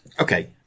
Okay